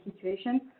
situation